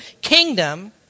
kingdom